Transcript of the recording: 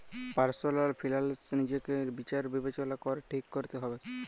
personal finance লিজেকে বিচার বিবেচলা ক্যরে ঠিক ক্যরতে হবেক